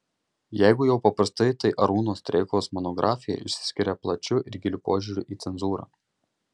jeigu jau paprastai tai arūno streikaus monografija išsiskiria plačiu ir giliu požiūriu į cenzūrą